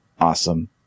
awesome